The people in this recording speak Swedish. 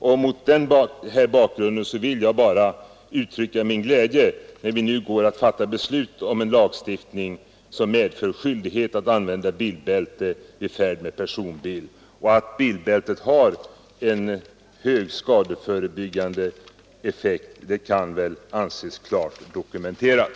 Mot denna bakgrund vill jag uttrycka min glädje över att vi nu går att fatta beslut om en lagstiftning som medför skyldighet att använda bilbälte vid färd med personbil. Att bilbältet har en hög skadeförebyggande effekt kan väl anses klart dokumenterat.